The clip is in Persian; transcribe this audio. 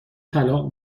طلاق